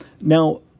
Now